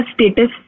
status